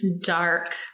dark